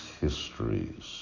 histories